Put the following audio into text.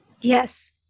Yes